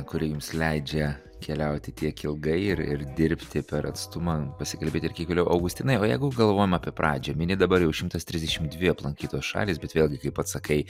kuri jums leidžia keliauti tiek ilgai ir ir dirbti per atstumą pasikalbėt ir kiek vėliau o augustinai o jeigu galvojam apie pradžią mini dabar jau šimtas trisdešim dvi aplankytos šalys bet vėlgi kaip pats sakai